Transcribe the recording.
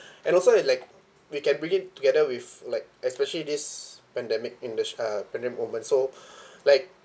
and also and like we can bring it together with like especially this pandemic in this uh pandemic moment so like